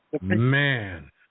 Man